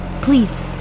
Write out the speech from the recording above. Please